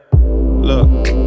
Look